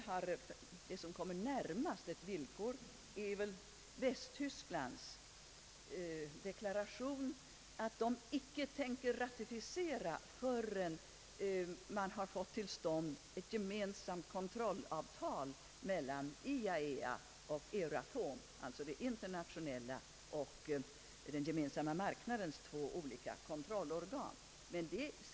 Vad som kommer närmast ett villkor är väl Västtysklands deklaration att man icke tänker ratificera förrän ett gemensamt kontrollavtal kommit till stånd mellan IAEA och Euratom, det internationella kontrollorganet och den gemensamma marknadens kontrollorgan.